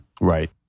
Right